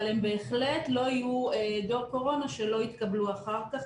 אבל הם בהחלט לא יהיו דור קורונה שלא יתקבל אחר כך,